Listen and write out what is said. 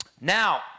now